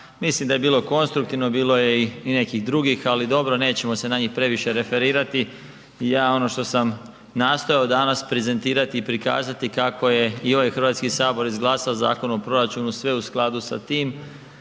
mislim da je bilo konstruktivno, bilo je i, i nekih drugih, ali dobro nećemo se na njih previše referirati, ja ono što sam nastojao danas prezentirati i prikazati kako je i ovaj HS izglasao Zakon o proračunu, sve u skladu sa tim